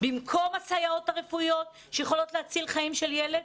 במקום הסייעות הרפואיות שיכולות להציל חיים של ילד.